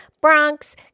Bronx